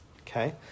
Okay